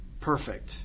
perfect